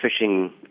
fishing